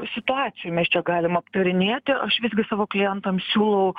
situacijų mes čia galim aptarinėti aš visgi savo klientam siūlau